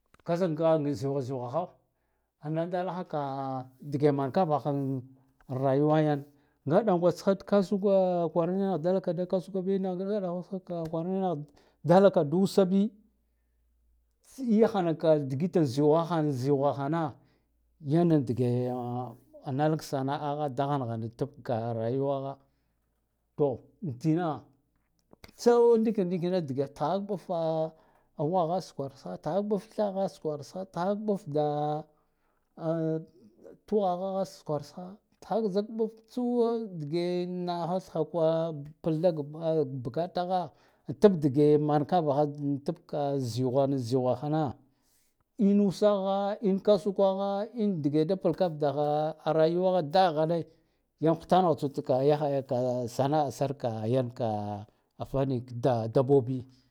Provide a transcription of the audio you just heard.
Ka zik ngaha ziwa ziwaho analadal haka dge mankavahan rayuwa yan ngaɗangwatsghad kasuka kwarane adalka da kasubina ngaɗangwatsh ka kwarane dalka da usa bi tsiyakhanaka digit ziwakha ziwakhahana yana digeya a nalak sana'agho daghaghane tibka rayuwagha to tma tsandikira ndikirme dige tkhahak mɓffa a wagha sugwarskha tkhahak mɓa thagha sukwarskha tkhahak mɓf da twaghaha sukwarsha tkhahak zik mɓf tsu dige naha balda bkatapha tib diye man kavaha tibka ziwana ziwaghana in usagha in kasukagha in dige da palkavda a ruyuwa daghane sana'a sarka yanka tanik “da-dabbobi.